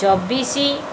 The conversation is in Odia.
ଚବିଶି